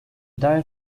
dived